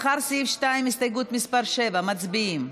אחרי סעיף 2, הסתייגות מס' 7, מצביעים.